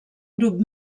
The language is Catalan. grup